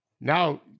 Now